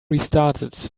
restarted